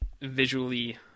visually